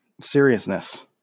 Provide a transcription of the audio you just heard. seriousness